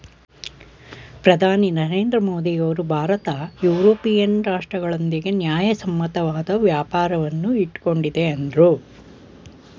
ಪ್ರಧಾನಿ ನರೇಂದ್ರ ಮೋದಿಯವರು ಭಾರತ ಯುರೋಪಿಯನ್ ರಾಷ್ಟ್ರಗಳೊಂದಿಗೆ ನ್ಯಾಯಸಮ್ಮತವಾದ ವ್ಯಾಪಾರವನ್ನು ಇಟ್ಟುಕೊಂಡಿದೆ ಅಂದ್ರು